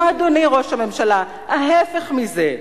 לא, אדוני ראש הממשלה, ההיפך מזה.